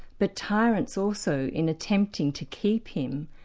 but tyrants also, in attempting to keep him,